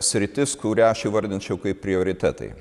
sritis kurią aš įvardinčiau kaip prioritetai